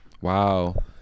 Wow